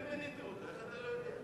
אתם מיניתם אותו, איך אתה לא יודע?